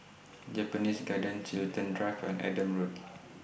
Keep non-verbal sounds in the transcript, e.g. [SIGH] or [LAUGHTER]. Japanese Garden Chiltern Drive and Adam [NOISE] Road [NOISE]